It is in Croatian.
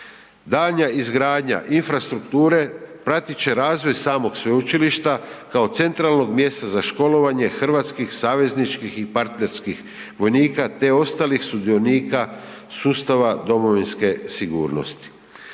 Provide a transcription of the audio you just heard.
Daljnja izgradnja infrastrukture pratit će razvoj samog sveučilišta kao centralnog mjesta za školovanje hrvatskih savezničkih i partnerskih vojnika te ostalih sudionika sustava domovinske sigurnosti.